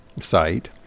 site